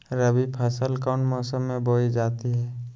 रबी फसल कौन मौसम में बोई जाती है?